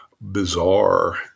bizarre